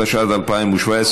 התשע"ח 2017,